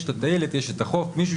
יש טיילת, יש חוף, מישהו